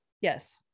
Yes